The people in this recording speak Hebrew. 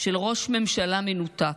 של ראש ממשלה מנותק,